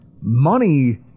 Money